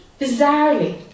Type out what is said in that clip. Bizarrely